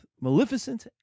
Maleficent